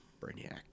Brainiac